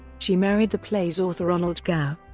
she married the play's author ronald gow,